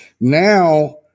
Now